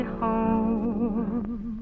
home